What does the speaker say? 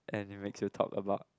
and it makes you talk about